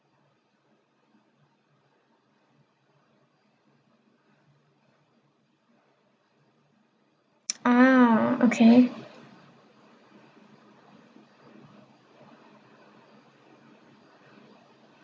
ah okay